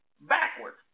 backwards